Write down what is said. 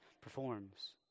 performs